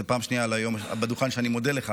זו פעם שנייה היום על הדוכן שאני מודה לך,